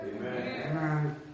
Amen